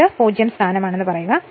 ഇത് 0 സ്ഥാനമാണെന്ന് പറയുക